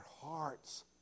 hearts